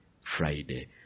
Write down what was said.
Friday